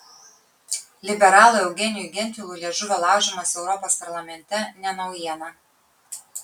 liberalui eugenijui gentvilui liežuvio laužymas europos parlamente ne naujiena